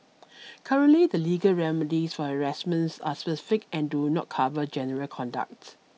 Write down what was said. currently the legal remedies for harassment are specific and do not cover general conduct